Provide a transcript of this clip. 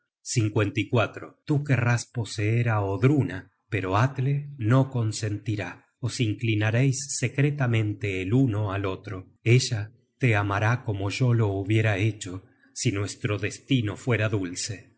durante mi vida tú querrás poseer á oddruna pero alle no consentirá os inclinareis secretamente el uno al otro ella te amará como yo lo hubiera hecho si nuestro destino fuera dulce